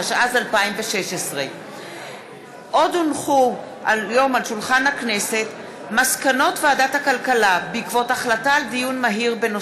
התשע"ז 2016. מסקנות ועדת הכלכלה בעקבות דיון מהיר בהצעתם